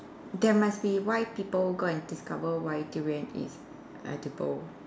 there must be why people go and discover why durian is edible